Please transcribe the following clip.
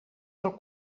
del